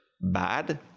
bad